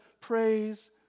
praise